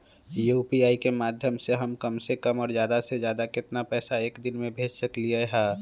UPI के माध्यम से हम कम से कम और ज्यादा से ज्यादा केतना पैसा एक दिन में भेज सकलियै ह?